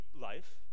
life